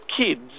kids